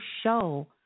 show